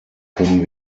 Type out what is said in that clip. können